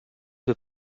peu